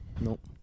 Nope